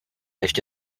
ještě